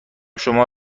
شما